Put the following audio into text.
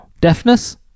Deafness